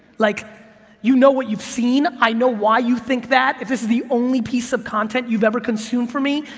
like you know what you've seen, i know why you think that if that's the only piece of content you've ever consumed from me,